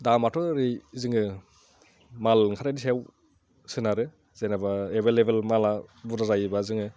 दामाथ' ओरै जोङो माल ओंखारनायनि सायाव सोनारो जेनेबा एभैलेबोल मालआ बुरजा जायोबा जोङो